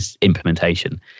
implementation